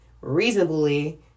reasonably